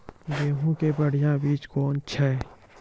गेहूँ के बढ़िया बीज कौन छ?